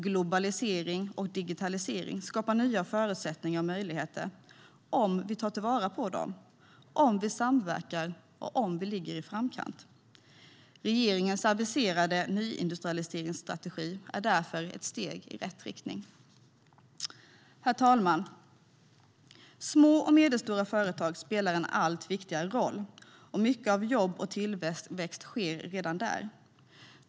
Globalisering och digitalisering skapar nya förutsättningar och möjligheter - om vi tar vara på dem, om vi samverkar och om vi ligger i framkant. Regeringens aviserade nyindustrialiseringsstrategi är därför ett steg i rätt riktning. Herr talman! Små och medelstora företag spelar en allt viktigare roll. Mycket av jobb och tillväxt sker redan där.